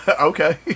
Okay